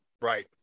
Right